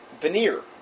veneer